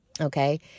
okay